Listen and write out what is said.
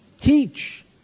teach